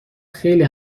خیلی